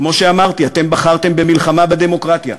כמו שאמרתי, אתם בחרתם במלחמה בדמוקרטיה.